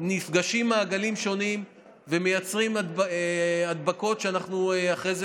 נפגשים מעגלים שונים ומייצרים הדבקות שאנחנו אחרי זה